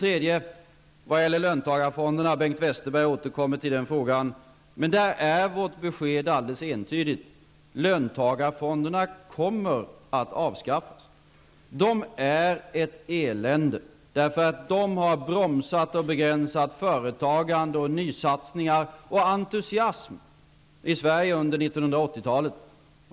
Vidare har vi löntagarfonderna -- Bengt Westerberg återkommer till den frågan -- och där är vårt besked alldeles entydigt. Löntagarfonderna kommer att avskaffas. De är ett elände. De har bromsat och begränsat företagande och nysatsningar och entusiasm i Sverige under 1980 talet.